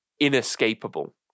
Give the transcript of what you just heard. inescapable